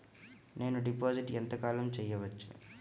నేను డిపాజిట్ ఎంత కాలం చెయ్యవచ్చు?